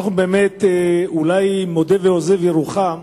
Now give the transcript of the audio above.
אולי מודה ועוזב ירוחם.